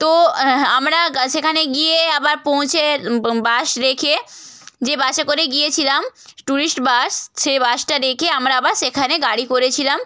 তো হ্যাঁ আমরা গা সেখানে গিয়ে আবার পৌঁছে বাস রেখে যে বাসে করে গিয়েছিলাম টুরিস্ট বাস সে বাসটা রেখে আমরা আবার সেখানে গাড়ি করেছিলাম